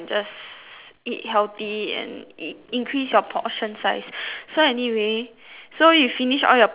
eat healthy and in increase your portion size so anyway so you finish all your personal cards right